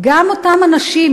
אותם אנשים,